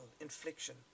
infliction